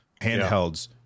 handhelds